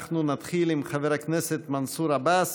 אנחנו נתחיל עם חבר הכנסת מנסור עבאס.